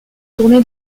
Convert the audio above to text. tourner